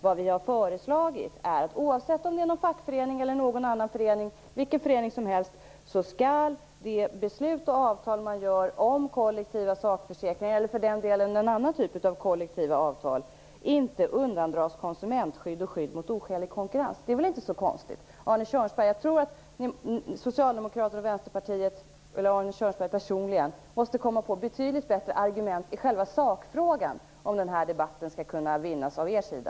Det vi har föreslagit, oavsett om det är en fackförening eller någon annan förening, vilken förening som helst, är att de beslut och avtal man träffar om kollektiva sakförsäkringar, eller för den delen någon annan typ av kollektiva avtal, inte skall undandras konsumentskydd och skydd mot oskälig konkurrens. Det är väl inte så konstigt. Jag tror att Arne Kjörnsberg personligen måste komma på betydligt bättre argument i själva sakfrågan om den här debatten skall kunna vinnas av er sida.